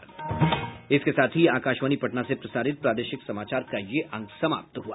इसके साथ ही आकाशवाणी पटना से प्रसारित प्रादेशिक समाचार का ये अंक समाप्त हुआ